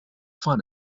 fun